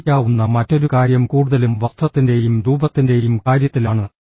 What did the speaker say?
സംഭവിക്കാവുന്ന മറ്റൊരു കാര്യം കൂടുതലും വസ്ത്രത്തിൻറെയും രൂപത്തിൻറെയും കാര്യത്തിലാണ്